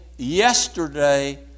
yesterday